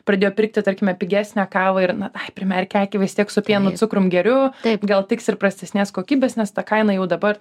pradėjo pirkti tarkime pigesnę kavą ir na ai primerkė akį vis tiek su pienu ir cukrum geriu gal tiks ir prastesnės kokybės nes ta kaina jau dabar